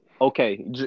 okay